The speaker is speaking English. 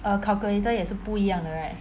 err calculator 也是不一样的 right